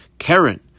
Karen